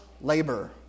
labor